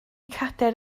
cadair